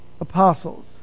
apostles